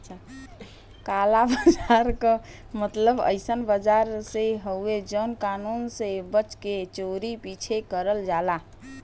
काला बाजार क मतलब अइसन बाजार से हउवे जौन कानून से बच के चोरी छिपे करल जाला